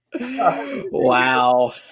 Wow